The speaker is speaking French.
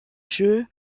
jeu